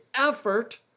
effort